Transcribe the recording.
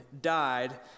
died